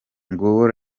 nguwo